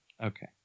Okay